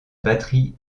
batterie